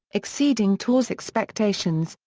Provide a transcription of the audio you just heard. exceeding torre's expectations,